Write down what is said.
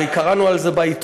הרי קראנו על זה בעיתון.